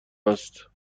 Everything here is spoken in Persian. است